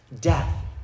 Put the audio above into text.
Death